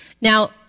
Now